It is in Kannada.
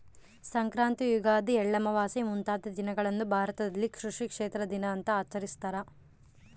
ಸಂಕ್ರಾಂತಿ ಯುಗಾದಿ ಎಳ್ಳಮಾವಾಸೆ ಮುಂತಾದ ದಿನಗಳನ್ನು ಭಾರತದಲ್ಲಿ ಕೃಷಿ ಕ್ಷೇತ್ರ ದಿನ ಅಂತ ಆಚರಿಸ್ತಾರ